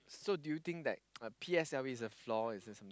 so do you think like P_S_L_E is a flaw